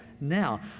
now